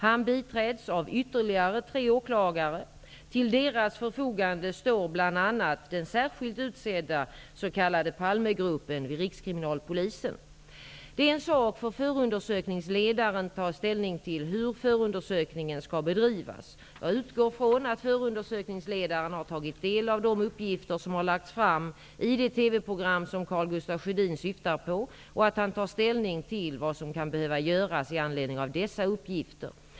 Han biträds av ytterligare tre åklagare. Till deras förfogande står bl.a. den särskilt utsedda s.k. Det är en sak för förundersökningsledaren att ta ställning till hur förundersökningen skall bedrivas. Jag utgår från att förundersökningsledaren har tagit del av de uppgifter som har lagts fram i det TV program som Karl Gustaf Sjödin syftar på, och att han tar ställning till vad som kan behöva göras i anledning av dessa uppgifter.